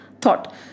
thought